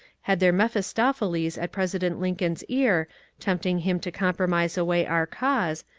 had their mephis topheles at president lincoln's ear tempting him to compro mise away our cause,